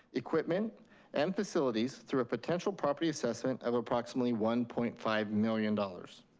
equipment and facilities through a potential property assessment of approximately one point five million dollars.